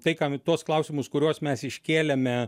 tai kam tuos klausimus kuriuos mes iškėlėme